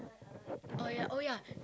oh ya oh ya